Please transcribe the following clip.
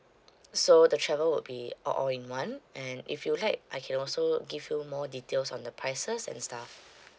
so the travel would be all all in one and if you like I can also give you more details on the prices and stuff